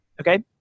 Okay